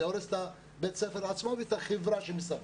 זה הורס את בית הספר עצמו ואת החברה שמסביב.